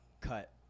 Cut